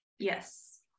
yes